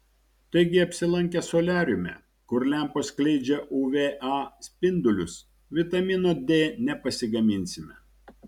taigi apsilankę soliariume kur lempos skleidžia uv a spindulius vitamino d nepasigaminsime